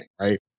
right